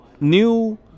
new